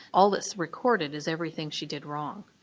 all that's recording is everything she did wrong.